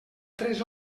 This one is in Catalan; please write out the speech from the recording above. tres